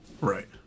Right